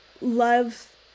Love